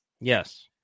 Yes